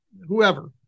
whoever